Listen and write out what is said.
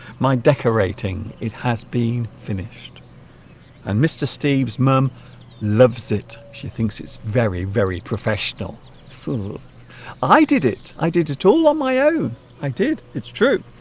my decorating it has been finished and mr. steve's mum loves it she thinks it's very very professional sort of i did it i did it all on my own i did it's true